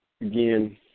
again